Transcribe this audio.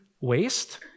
waste